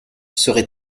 serait